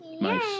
Nice